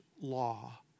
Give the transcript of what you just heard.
law